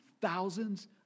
thousands